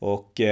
Och